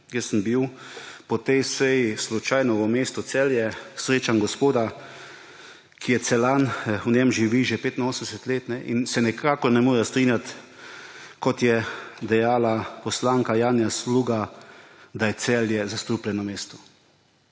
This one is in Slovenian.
Jaz sem bil po tej seji slučajno v mestu Celje. Srečam gospoda, ki je Celjan, v Celju živi že 85 let in se nikakor ne more strinjati s tem, kar je dejala poslanka Janja Sluga – da je Celje zastrupljeno mesto.